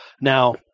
now